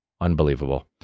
unbelievable